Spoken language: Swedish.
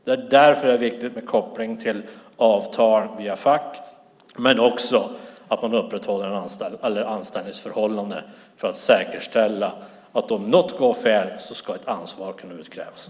Det är därför det är viktigt med en koppling till avtal via fack men också att man upprätthåller anställningsförhållanden för att säkerställa att ett ansvar ska kunna utkrävas om något går fel.